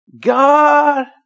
God